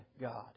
God